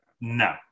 No